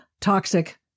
toxic